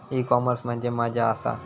E commerce म्हणजे मझ्या आसा?